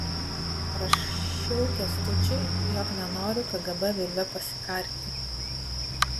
rašiau kęstučiui jog nenoriu kgb virve pasikarti